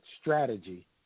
strategy